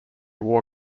war